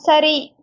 சரி